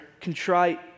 contrite